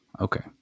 Okay